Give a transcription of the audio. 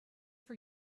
for